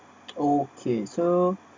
okay so